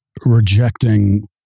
rejecting